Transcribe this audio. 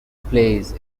plays